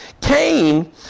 Cain